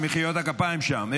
עם מחיאות הכפיים שם.